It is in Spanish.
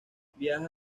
viaja